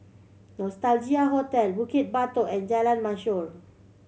Nostalgia Hotel Bukit Batok and Jalan Mashor